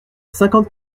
cinquante